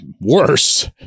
worse